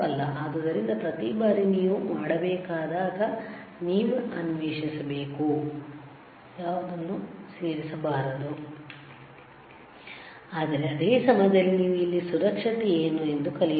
ಆದ್ದರಿಂದ ಪ್ರತಿ ಬಾರಿ ನೀವು ಮಾಡಬೇಕಾದಾಗ ನೀವು ಅನ್ವೇಷಿಸಬೇಕು ಯಾವುದನ್ನು ಸೇರಿಸಬಾರದು ಆದರೆ ಅದೇ ಸಮಯದಲ್ಲಿ ನೀವು ಇಲ್ಲಿ ಸುರಕ್ಷತೆಏನು ಎಂದು ಕಲಿಯುತ್ತೀರಿ